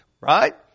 right